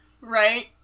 Right